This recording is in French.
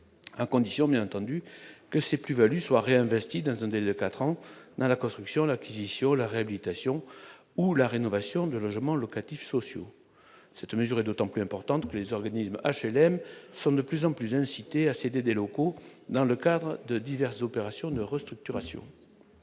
à condition bien entendu que ces plus-values, soit réinvesti dans un délai de 4 ans dans la construction, l'acquisition ou la réhabilitation ou la rénovation de logements locatifs sociaux, cette mesure est d'autant plus importante que les organismes HLM sont de plus en plus incités à céder des locaux dans le cadre de diverses opérations de restructuration.